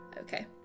Okay